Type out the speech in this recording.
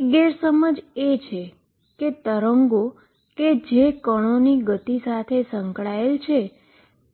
એક ગેરસમજ એ છે કે વેવ કે જે પાર્ટીકલની મોશન સાથે સંકળાયેલ છે તે